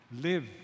Live